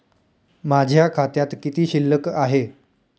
माझ्या खात्यात किती शिल्लक आहे?